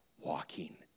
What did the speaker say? walking